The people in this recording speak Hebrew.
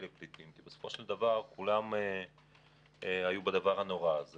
כפליטים כי בסופו של דבר כולם היו בדבר הנורא הזה